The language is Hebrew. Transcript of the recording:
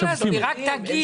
לא להסביר, רק תגיד.